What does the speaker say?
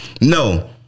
no